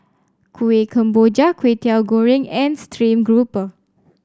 Kuih Kemboja Kway Teow Goreng and stream grouper